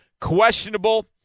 Questionable